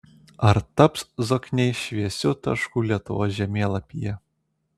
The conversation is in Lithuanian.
ar taps zokniai šviesiu tašku lietuvos žemėlapyje